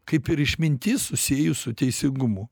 kaip ir išmintis susiejus su teisingumu